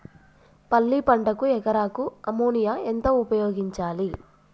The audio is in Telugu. పల్లి పంటకు ఎకరాకు అమోనియా ఎంత ఉపయోగించాలి?